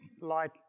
light